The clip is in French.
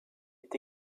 est